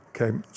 Okay